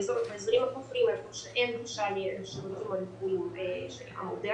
באזורים הכפריים איפה שאין גישה לשירותים רפואיים מודרניים,